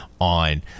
on